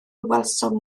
welsom